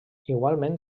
igualment